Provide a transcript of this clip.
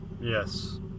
Yes